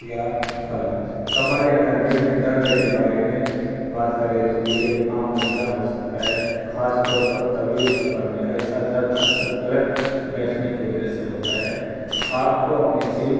یا پھل کمر یا کندھے میں درد کے بارے میں بات کرے تو یہ ایک عام مسئلہ ہو سکتا ہے خاص طور پر طویل سفر میں ایسا درد اکثر غلط بیٹھنے کی وجہ سے ہوتا ہے آپ کو اپنی سیٹ